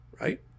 right